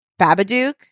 Babadook